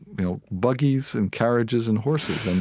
you know, buggies and carriages and horses. and